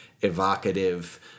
evocative